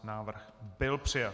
Návrh byl přijat.